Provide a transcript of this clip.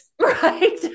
Right